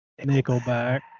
Nickelback